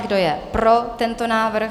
Kdo je pro tento návrh?